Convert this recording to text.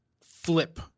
flip